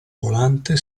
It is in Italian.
volante